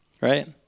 right